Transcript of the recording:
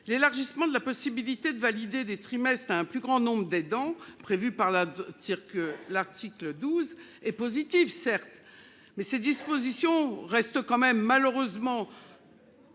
L'élargissement de la possibilité de valider des trimestres à un plus grand nombre d'aidants prévue par l'article 12 est positive, certes, mais ces dispositions restent malheureusement